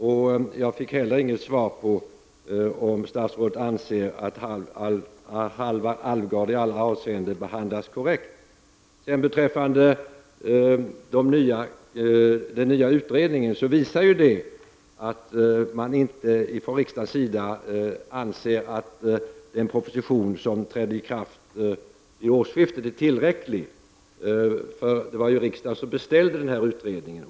Jag fick inte heller något svar på min fråga om statsrådet anser att Halvar Alvgard i alla avseenden har behandlats korrekt. Den tillsatta utredningen visar att riksdagen inte anser att de regler som trädde i kraft vid årsskiftet är tillräckliga. Det var ju riksdagen som beställde den här utredningen.